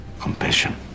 compassion